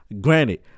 Granted